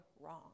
wrong